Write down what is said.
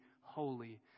holy